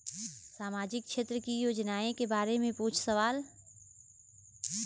सामाजिक क्षेत्र की योजनाए के बारे में पूछ सवाल?